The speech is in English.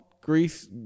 Greece